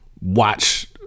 watch